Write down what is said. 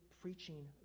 preaching